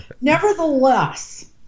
Nevertheless